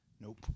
Nope